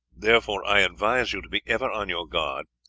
therefore i advise you to be ever on your guard,